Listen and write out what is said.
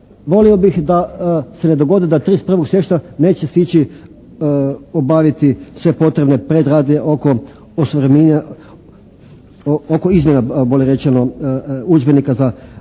Volio bih da se ne dogodi 31. siječnja neće stići obaviti sve potrebne predradnje oko osuvremenjivanja, oko izmjena bolje rečeno udžbenika za